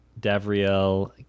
Davriel